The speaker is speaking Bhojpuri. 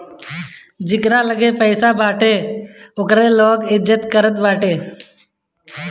जेकरा लगे पईसा बाटे ओकरे लोग इज्जत करत बाटे